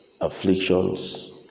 afflictions